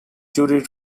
jury